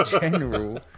general